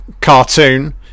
cartoon